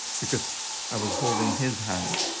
because i was holding his hand.